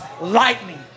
Lightning